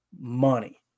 money